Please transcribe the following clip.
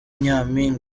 nyampinga